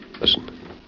listen